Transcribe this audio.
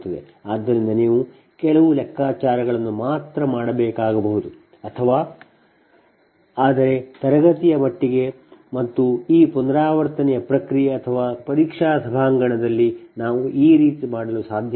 ಆದ್ದರಿಂದ ನೀವು ಕೆಲವು ಲೆಕ್ಕಾಚಾರಗಳನ್ನು ಮಾತ್ರ ಮಾಡಬೇಕಾಗಬಹುದು ಅಥವಾ ಮಾಡಬೇಕಾಗಬಹುದು ಆದರೆ ತರಗತಿಯ ಮಟ್ಟಿಗೆ ಮತ್ತು ಈ ಪುನರಾವರ್ತನೆಯ ಪ್ರಕ್ರಿಯೆ ಅಥವಾ ಪರೀಕ್ಷಾ ಸಭಾಂಗಣದಲ್ಲಿ ನಾವು ಈ ರೀತಿ ನೀಡಲು ಸಾಧ್ಯವಿಲ್ಲ